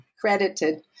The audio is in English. credited